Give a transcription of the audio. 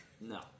No